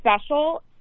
special